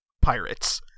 pirates